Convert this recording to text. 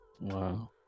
Wow